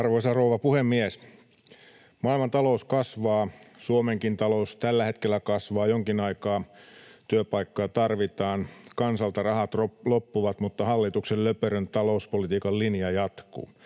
Arvoisa rouva puhemies! Maailman talous kasvaa. Suomenkin talous tällä hetkellä kasvaa jonkin aikaa. Työpaikkoja tarvitaan, kansalta rahat loppuvat, mutta hallituksen löperön talouspolitiikan linja jatkuu.